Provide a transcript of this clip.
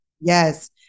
Yes